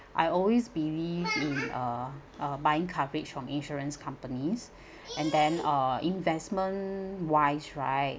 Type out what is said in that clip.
I always believe in uh uh buying coverage from insurance companies and then uh investment wise right